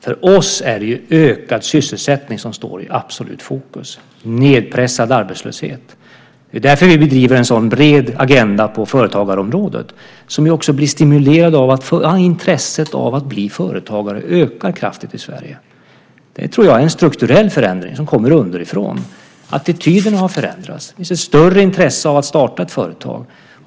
För oss är det ökad sysselsättning som står i absolut fokus - nedpressad arbetslöshet. Det är därför som vi har en så bred agenda på företagarområdet, och det gör att intresset av att bli företagare ökar kraftigt i Sverige. Det tror jag är en strukturell förändring som kommer underifrån. Attityden har förändrats. Det finns ett större intresse av att starta ett företag.